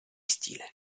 stile